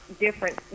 different